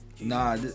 Nah